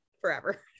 forever